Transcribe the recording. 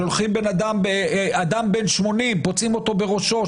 שולחים אדם בן 80 פוצעים אותו בראשו,